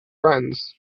friends